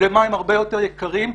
אלה מים הרבה יותר יקרים,